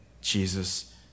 Jesus